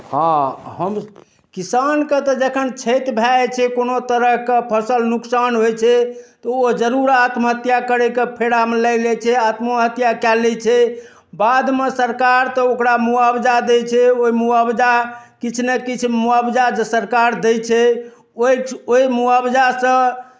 हँ हम किसानके तऽ जखन क्षति भए जाइ छै कोनो तरहके फसल नोकसान होइ छै तऽ ओ जरूर आत्महत्या करैके फेरामे लाइग जाइ छै आत्मोहत्या कए ले छै बादमे सरकार तऽ ओकरा मुआवजा दै छै ओइ मुआवजा किछ नै किछ मुआवजा जे सरकार दै छै ओइ ओइ मुआवजा से